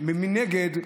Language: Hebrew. מנגד,